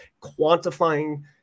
quantifying